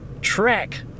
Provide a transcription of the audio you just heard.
track